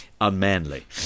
unmanly